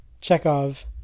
Chekhov